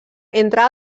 entre